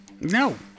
No